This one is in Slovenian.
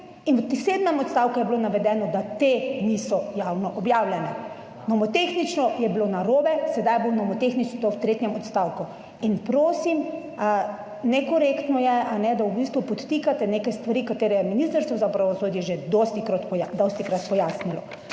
in v sedmem odstavku je bilo navedeno, da te niso javno objavljene. Nomotehnično je bilo narobe, sedaj bo nomotehnično to v tretjem odstavku. Prosim, nekorektno je, da v bistvu podtikate neke stvari, katere je Ministrstvo za pravosodje že dostikrat pojasnilo.